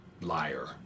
liar